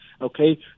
Okay